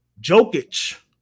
Jokic